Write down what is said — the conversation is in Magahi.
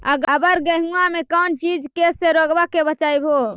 अबर गेहुमा मे कौन चीज के से रोग्बा के बचयभो?